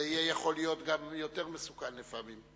זה יכול להיות גם יותר מסוכן לפעמים.